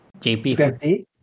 JP